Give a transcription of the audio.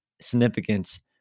significance